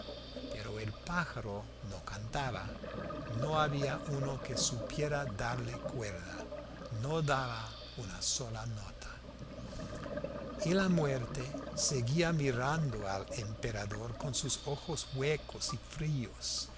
pero el pájaro no cantaba no había uno que supiera darle cuerda no daba una sola nota y la muerte seguía mirando al emperador con sus ojos huecos y fríos